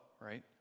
right